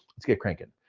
let's get crankin'.